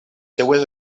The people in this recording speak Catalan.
seves